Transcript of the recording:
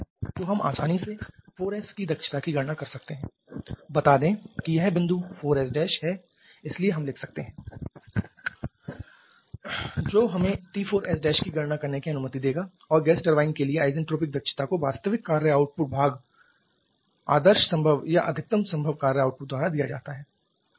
तो हम आसानी से 4s की दक्षता की गणना कर सकते हैं बता दें कि यह बिंदु 4s है इसलिए हम लिख सकते हैं T4sT3P4P3k 1kP1P2k 1k जो हमें T4s' की गणना करने की अनुमति देगा और गैस टरबाइन के लिए isentropic दक्षता को वास्तविक कार्य आउटपुट भाग आदर्श संभव या अधिकतम संभव कार्य आउटपुट द्वारा दिया जाता है अर्थात्